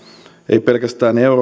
ei pelkästään